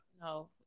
No